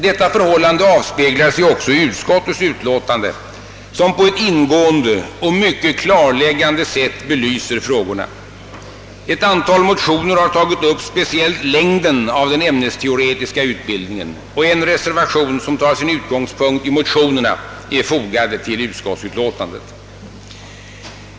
Detta förhållande avspeglar sig också i utskottets utlåtande, som på ett ingående och mycket klarläggande sätt belyser frågorna. I ett antal motioner har man tagit upp speciellt längden av den ämnesteoretiska utbildningen, och en reservation, som har sin utgångspunkt i motionerna, är fogad till utskottsutlåtandet.